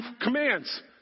commands